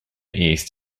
east